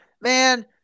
Man